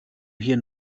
hier